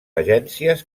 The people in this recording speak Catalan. agències